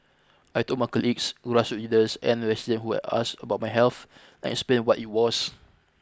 I told my colleagues grassroot leaders and residents who had asked about my health and explained what it was